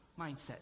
mindset